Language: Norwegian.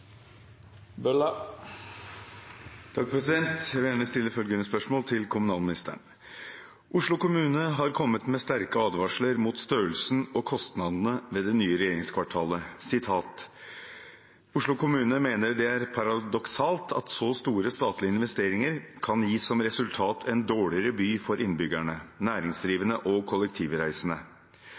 kostnadene ved det nye regjeringskvartalet: «Oslo kommune mener det er paradoksalt at så store statlige investeringer kan gi som resultat en dårligere by for innbyggerne, næringsdrivende og kollektivreisende.